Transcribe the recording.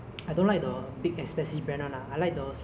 ya we are done thank you for your kind attention